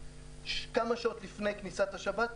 כמה שעות לפני כניסת השבת,